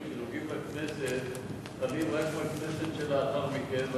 שנוגעים לכנסת חלים רק מהכנסת שלאחר מכן,